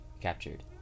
captured